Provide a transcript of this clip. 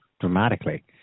dramatically